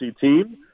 team